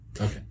Okay